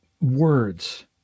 words